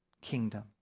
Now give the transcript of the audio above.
kingdom